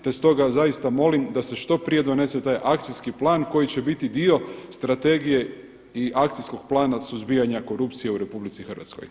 Te stoga zaista molim da se što prije donese taj akcijski plan koji će biti dio strategije i akcijskog plana suzbijanja korupcije u RH.